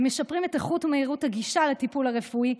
הם משפרים את איכות ומהירות הגישה לטיפול הרפואי,